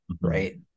right